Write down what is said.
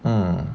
mm